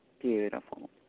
Beautiful